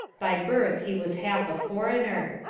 by birth he was half a foreigner,